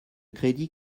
crédit